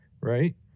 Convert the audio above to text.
right